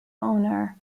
owner